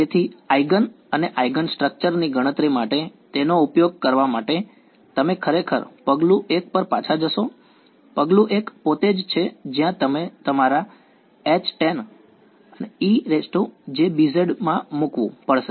તેથી આઇગન અને આઇગનસ્ટ્રક્ચર ની ગણતરી માટે તેનો ઉપયોગ કરવા માટે તમે ખરેખર પગલું 1 પર પાછા જશો પગલું 1 પોતે જ છે જ્યાં તમારે તમારા Htan have a ejβz માં મૂકવું પડશે